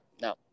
no